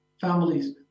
families